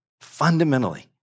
fundamentally